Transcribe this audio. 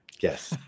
yes